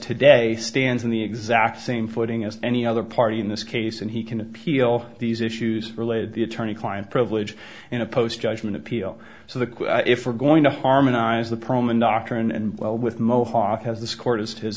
today stands in the exact same footing as any other party in this case and he can appeal these issues related the attorney client privilege and oppose judgment appeal so the if we're going to harmonize the perlman doctrine and well with mohawk has this co